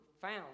found